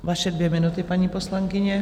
Vaše dvě minuty, paní poslankyně.